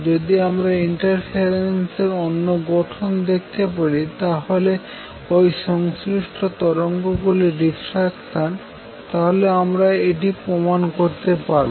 যদি আমরা ইন্টারফেরেন্স এর অন্য গঠন দেখাতে পারি যেটা হল ওই সংশ্লিষ্ট তরঙ্গ গুলির ডিফ্রাকশান তাহলে আমরা এটি প্রমান করতে পারবো